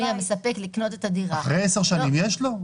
המספק לקנות את הדירה --- אחרי 10 שנים יש לו,